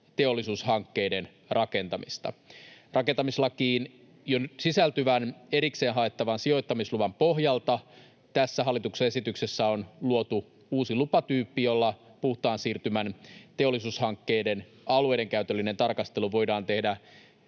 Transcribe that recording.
teollisuushankkeiden rakentamista. Rakentamislakiin jo sisältyvän erikseen haettavan sijoittamisluvan pohjalta tässä hallituksen esityksessä on luotu uusi lupatyyppi, jolla puhtaan siirtymän teollisuushankkeiden alueidenkäytöllinen tarkastelu voidaan tehdä